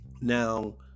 Now